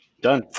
Done